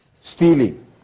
stealing